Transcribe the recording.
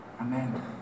amen